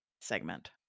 segment